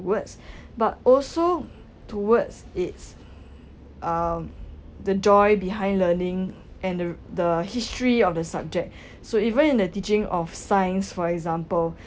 towards but also towards it's um the joy behind learning and the the history of the subject so even in the teaching of science for example